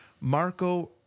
Marco